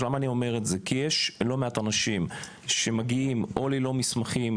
אני אומר את זה כי יש לא מעט אנשים שמגיעים ללא מסמכים,